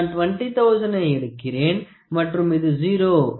நான் 20000 த்தை எடுக்க்கிறேன் மற்றும் இது 0